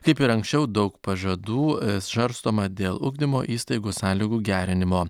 kaip ir anksčiau daug pažadų svarstoma dėl ugdymo įstaigų sąlygų gerinimo